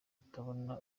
batabona